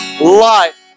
life